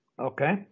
okay